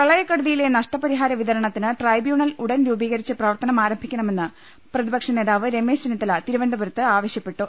പ്രളയക്കെടുതിയിലെ നഷ്ടപരിഹാര വിതരണത്തിന് ട്രൈബ്യൂണൽ ഉടൻ രൂപീകരിച്ച് പ്രവർത്തനം ആരംഭിക്കണ മെന്ന് പ്രതിപക്ഷ നേതാവ് രമേശ് ചെന്നിത്തലി തിരുവനന്തപു രത്ത് ആവശ്യപ്പെട്ടു